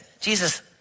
Jesus